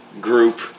group